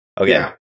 Okay